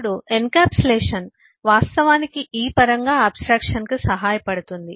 ఇప్పుడు ఎన్క్యాప్సులేషన్ వాస్తవానికి ఈ పరంగా ఆబ్స్ట్రాక్షన్ కు సహాయపడుతుంది